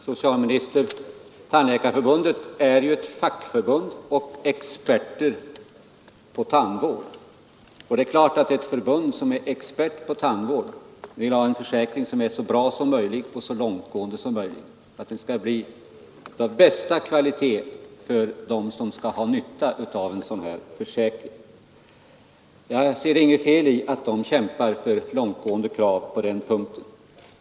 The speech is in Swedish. Herr talman! Tandläkarförbundet, herr socialminister, är ju ett fackförbund och expert på tandvård. Det är klart att ett förbund som är expert på tandvård vill ha en försäkring som är så bra som möjligt, så långtgående som möjligt och av bästa kvalitet för dem som skall ha nytta av den. Jag ser inget fel i att Tandläkarförbundet kämpar för långtgående krav på den punkten.